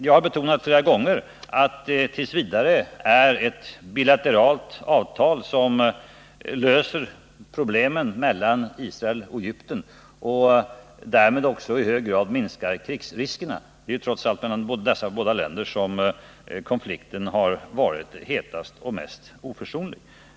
Jag har betonat flera gånger att det t. v. är ett bilateralt avtal, som löser problemen mellan Israel och Egypten och därmed också i hög grad minskar krigsriskerna. Det är trots allt mellan dessa båda länder som konflikten har varit hetast och mest oförsonlig.